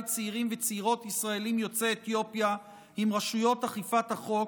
צעירים וצעירות ישראליים יוצאי אתיופיה עם רשויות אכיפת החוק